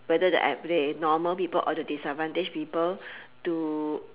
whether the ad~ the normal people or the disadvantage people to